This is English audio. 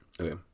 Okay